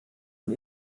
und